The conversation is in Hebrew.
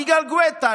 יגאל גואטה,